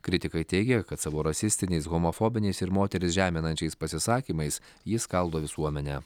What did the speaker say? kritikai teigia kad savo rasistiniais homofobiniais ir moteris žeminančiais pasisakymais jis skaldo visuomenę